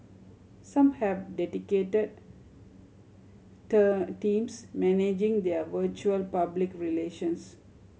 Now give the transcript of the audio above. some have dedicated term teams managing their virtual public relations